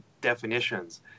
definitions